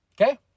Okay